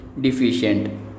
deficient